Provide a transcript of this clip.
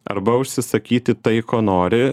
arba užsisakyti tai ko nori